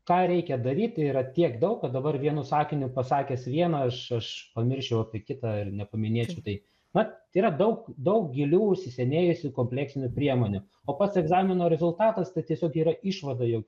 ką reikia daryti yra tiek daug kad dabar vienu sakiniu pasakęs vieną aš aš pamirščiau apie kitą ir nepaminėčiau tai na yra daug daug gilių įsisenėjusių kompleksinių priemonių o pats egzamino rezultatas tai tiesiog yra išvada jog